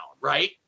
right